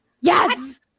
Yes